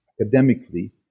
academically